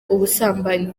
ubusambanyi